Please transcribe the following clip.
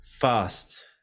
Fast